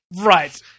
Right